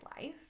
life